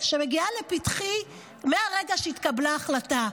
שמגיעה לפתחי מהרגע שהתקבלה ההחלטה.